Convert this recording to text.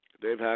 Dave